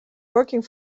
working